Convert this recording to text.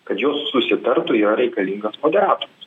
kad susitartų yra reikalingas moderatorius